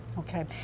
Okay